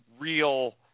real